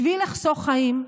בשביל לחסוך חיים,